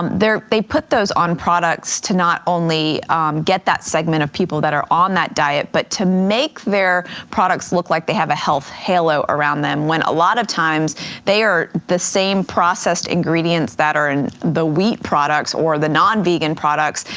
they put those on products to not only get that segment of people that are on that diet, but to make their products look like they have a health halo around them, when a lot of times they are the same processed ingredients that are in the wheat products or the non-vegan products,